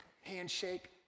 handshake